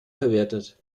verwertet